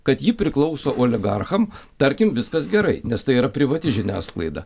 kad ji priklauso oligarcham tarkim viskas gerai nes tai yra privati žiniasklaida